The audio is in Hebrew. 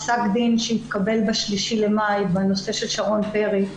פסק דין שהתקבל ב-3 במאי בנושא של שרון פרי.